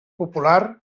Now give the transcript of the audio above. popular